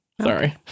sorry